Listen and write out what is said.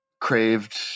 craved